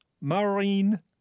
Marine